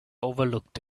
overlooked